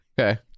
Okay